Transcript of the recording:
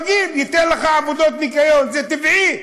רגיל, ייתן לך עבודות ניקיון, זה טבעי.